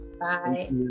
Bye